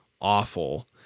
awful